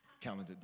calendar